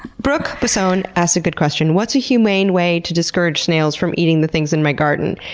brooke pisone asks a good question what's a humane way to discourage snails from eating the things in my garden?